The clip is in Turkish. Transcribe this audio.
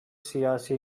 siyasi